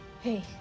Hey